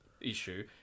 issue